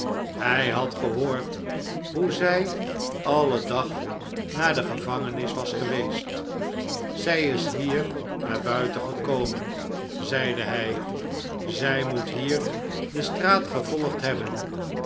hij had gehoord hoe zjj alle dag naar de gevangenis was geweest zij is hier naar buiten gekomen zeide hjj b zjj moet hier de straat gevolgd hebben